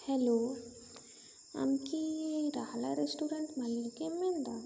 hello ᱟᱢ ᱠᱤ ᱨᱟᱦᱟᱞᱟ ᱨᱮᱥᱴᱩᱨᱮᱱᱴ ᱢᱟᱹᱞᱤᱠᱮᱢ ᱢᱮᱱ ᱮᱫᱟ